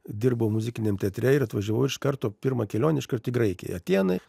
dirbau muzikiniam teatre ir atvažiavau iš karto pirma kelionė iškart į graikiją atėnai